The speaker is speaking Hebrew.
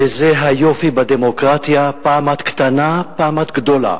וזה היופי בדמוקרטיה, פעם את קטנה, פעם את גדולה.